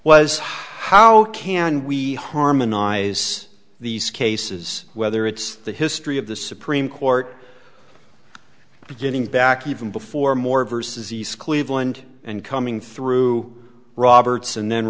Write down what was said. was how can we harmonize these cases whether it's the history of the supreme court but getting back even before more verses east cleveland and coming through robert's and then